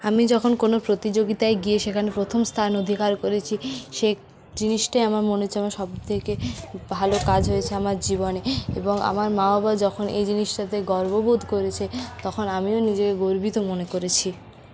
আমি যখন কোনো প্রতিযোগিতায় গিয়ে সেখানে প্রথম স্থান অধিকার করেছি সে জিনিসটাই আমার মনে হচ্ছে আমার সবথেকে ভালো কাজ হয়েছে আমার জীবনে এবং আমরা মা বাবা যখন এই জিনিসটাতে গর্ব বোধ করেছে তখন আমিও নিজেকে গর্বিত মনে করেছি